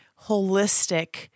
holistic